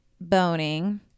boning